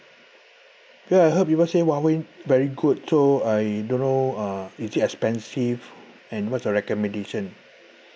ya I heard people say huawei very good so I don't know uh is it expensive and what's your recommendation